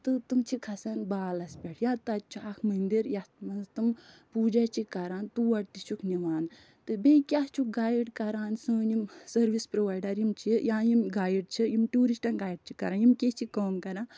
تہٕ تِم چھِ کھسان بالَس پٮ۪ٹھ یا تَتہِ چھِ اَکھ منٛدِر یَتھ منٛز تِم پوٗجا چھِ کران تور تہِ چھُکھ نِوان تہٕ بیٚیہِ کیٛاہ چھُکھ گایِڈ کران سٲنۍ یِم سٔروِس پرٛوایڈَر یِم چھِ یا یِم گایِڈ چھِ یِم ٹیٛوٗرِسٹَن گایِڈ چھِ کَران یِم کیٛاہ چھِ کٲم کَران